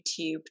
YouTube